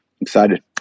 excited